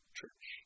Church